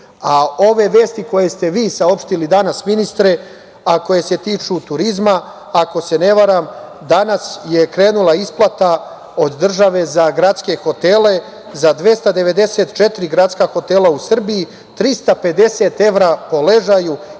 vesti koje ste vi saopštili danas ministre, a koje se tiču turizma, ako se ne varam, danas je krenula isplata od države za gradske hotele za 294 gradska hotela u Srbiji 350 evra po ležaju